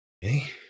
Hey